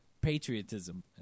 patriotism